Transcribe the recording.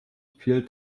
fiel